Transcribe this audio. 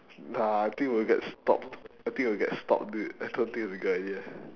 nah I think we'll get stopped I think we'll get stopped dude I don't think it's a good idea